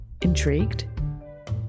Intrigued